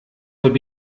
would